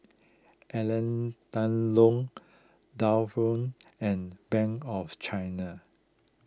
Alain Delon and Bank of China